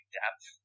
depth